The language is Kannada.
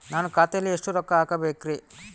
ನಾನು ಖಾತೆಯಲ್ಲಿ ಎಷ್ಟು ರೊಕ್ಕ ಹಾಕಬೇಕ್ರಿ?